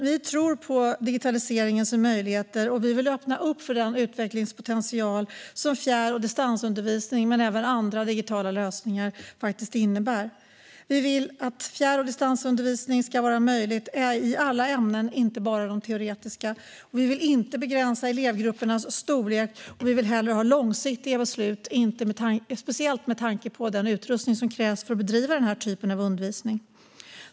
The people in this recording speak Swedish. Vi tror på digitaliseringens möjligheter, och vi vill öppna upp för den utvecklingspotential som fjärr och distansundervisning men även andra digitala lösningar faktiskt innebär. Vi vill att fjärr och distansundervisning ska vara möjliga i alla ämnen och inte bara i de teoretiska. Vi vill inte begränsa elevgruppernas storlek, och vi vill hellre ha långsiktiga beslut speciellt med tanke på den utrustning som krävs för att bedriva denna typ av undervisning.